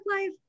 life